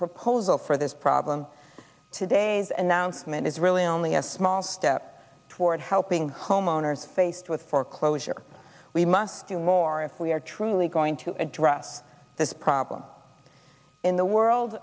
proposal for this problem today's announcement is really only a small step toward helping homeowners faced with foreclosure we must do more if we are truly going to address this problem in the world